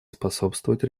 способствовать